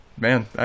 Man